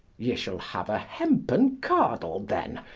ye shall haue a hempen candle then,